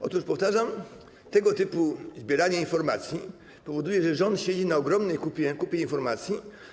Otóż, powtarzam, tego typu zbieranie informacji powoduje, że rząd siedzi na ogromnej kupie informacji.